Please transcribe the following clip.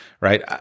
right